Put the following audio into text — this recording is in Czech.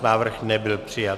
Návrh nebyl přijat.